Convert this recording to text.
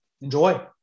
enjoy